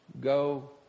go